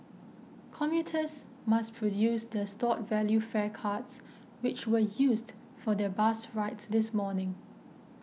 commuters must produce their stored value fare cards which were used for their bus rides this morning